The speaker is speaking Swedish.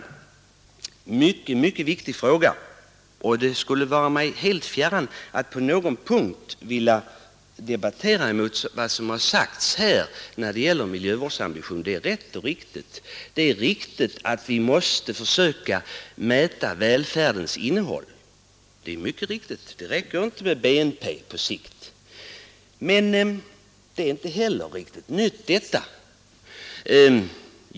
En annan mycket viktig fråga — det skulle vara mig helt fjärran att på någon punkt vilja debattera vad som sagts här när det gäller miljövårdsambitionerna, eftersom det är rätt och riktigt — är att vi måste försöka mäta välfärdens innehåll. Det räcker inte med bruttonationalprodukten som mätvärde. Men inte heller detta är något nytt.